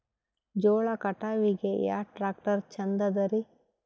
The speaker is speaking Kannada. ಜೋಳ ಕಟಾವಿಗಿ ಯಾ ಟ್ಯ್ರಾಕ್ಟರ ಛಂದದರಿ?